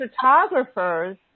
photographers